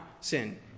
sin